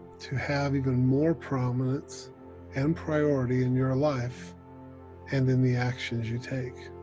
to have even more prominence and priority in your life and in the actions you take.